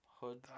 Hood